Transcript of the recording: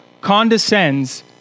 condescends